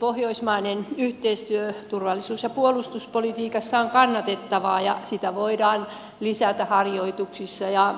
pohjoismainen yhteistyö turvallisuus ja puolustuspolitiikassa on kannatettavaa ja sitä voidaan lisätä harjoituksissa ja